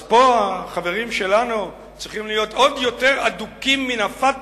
אז פה החברים שלנו צריכים להיות עוד יותר אדוקים מן ה"פתח"